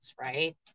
Right